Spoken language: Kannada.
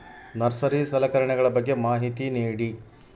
ನರ್ಸರಿ ಸಲಕರಣೆಗಳ ಬಗ್ಗೆ ಮಾಹಿತಿ ನೇಡಿ?